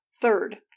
Third